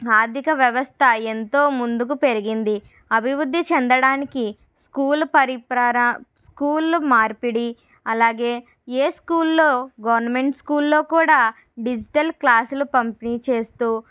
ఆర్థిక వ్యవస్థ ఎంతో ముందుకు పెరిగింది అభివృద్ధి చెందడానికి స్కూల్ పరిపాల స్కూల్ మార్పిడి అలాగే ఏ స్కూల్లో గవర్నమెంట్ స్కూల్లో కూడా డిజిటల్ క్లాసులు పంపిణీ చేస్తూ